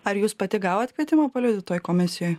ar jūs pati gavot kvietimą paliudyt toj komisijoj